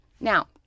now